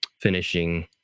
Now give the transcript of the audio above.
finishing